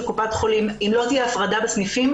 קופת חולים שאם לא תהיה הפרדה בסניפים,